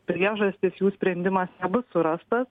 priežastis jų sprendimas nebus surastas